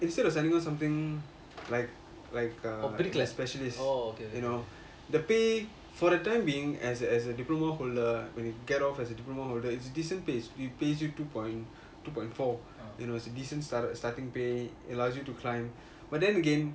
instead of signing on something like like err as specialist you know the pay for that time being as a as a diploma holder when you get off as a diploma holder it's decent pay it pays you two point two point four it is a decent starting pay it allows you to climb but then again